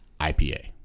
IPA